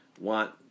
want